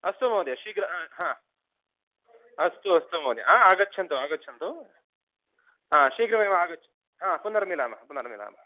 अस्तु महोदय शीघ्र हा अस्तु अस्तु महोदय हा आगच्छन्तु आगच्छन्तु आ शीघ्रमेव आगच्छतु हा पुनर्मिलामः पुनर्मिलामः